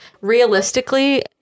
realistically